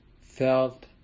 felt